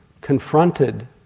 confronted